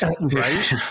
Right